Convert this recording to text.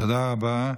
תודה רבה.